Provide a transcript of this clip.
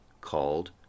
called